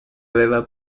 aveva